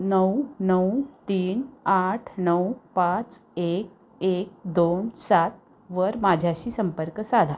नऊ नऊ तीन आठ नऊ पाच एक एक दोन सात वर माझ्याशी संपर्क साधा